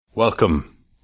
Welcome